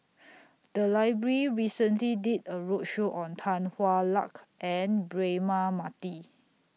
The Library recently did A roadshow on Tan Hwa Luck and Braema Mathi